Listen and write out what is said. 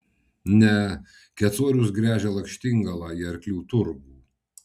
ne kecorius gręžia lakštingalą į arklių turgų